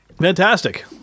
Fantastic